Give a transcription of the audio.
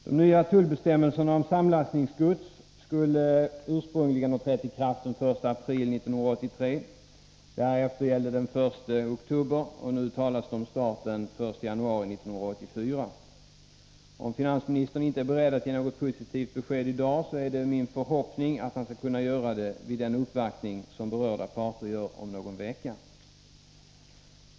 De nya tullbestämmelserna om samlastningsgods skulle ursprungligen ha trätt i kraft den 1 april 1983, därefter gällde den 1 oktober och nu talas det om start den 1 januari 1984. Om finansministern inte är beredd att ge något positivt besked i dag, är det min förhoppning att han skall kunna göra det vid den uppvaktning som berörda parter gör om någon vecka.